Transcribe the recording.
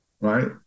right